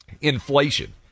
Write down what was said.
inflation